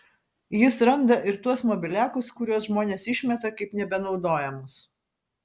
jis randa ir tuos mobiliakus kuriuos žmonės išmeta kaip nebenaudojamus